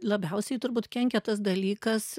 labiausiai turbūt kenkia tas dalykas